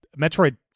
Metroid